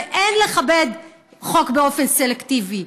ואין לכבד חוק באופן סלקטיבי.